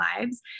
lives